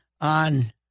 on